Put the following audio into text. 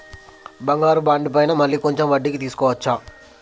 బంగారు బాండు పైన మళ్ళా కొంచెం వడ్డీకి లోన్ తీసుకోవచ్చా?